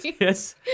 Yes